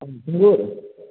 खुंगुर